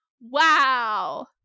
wow